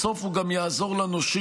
בסוף הוא גם יעזור לנושים,